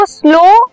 slow